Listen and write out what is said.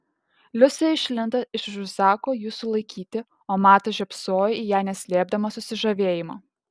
liusė išlindo iš už zako jų sulaikyti o matas žiopsojo į ją neslėpdamas susižavėjimo